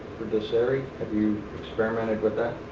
for doceri, have you experimented with that?